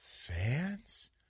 fans